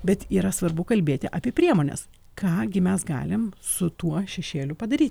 bet yra svarbu kalbėti apie priemones ką gi mes galim su tuo šešėliu padaryt